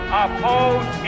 oppose